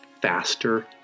faster